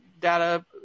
Data